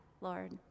Lord